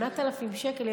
8,000 שקל,